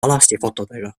alastifotodega